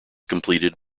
completed